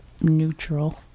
neutral